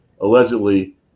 allegedly